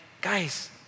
guys